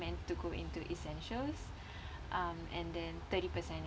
meant to go into essentials um and then thirty percent